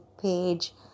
page